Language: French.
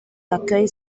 d’accueil